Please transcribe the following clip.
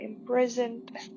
imprisoned